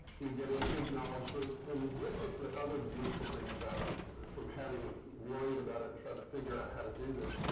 get into acknowledgements and this is the other beautiful thing about it from having worried about it and trying to figure out how to do this.